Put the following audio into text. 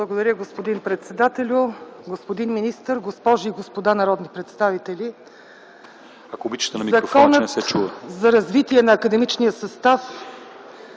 Благодаря, господин председателю. Господин министър, госпожи и господа народни представители! Законът за развитие на академичния състав